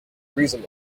reason